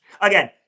Again